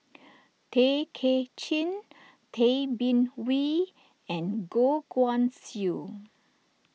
Tay Kay Chin Tay Bin Wee and Goh Guan Siew